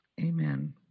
Amen